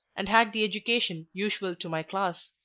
and had the education usual to my class.